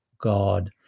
God